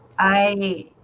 i